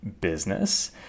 business